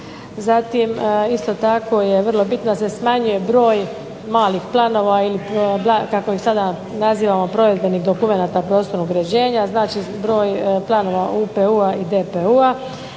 Zatim, isto tako je vrlo bitno da se smanjuje broj malih planova i kako ih sada nazivamo provedbenih dokumenata prostornog uređenja. Znači, broj planova UPU-a i DPU-a.